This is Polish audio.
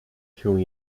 się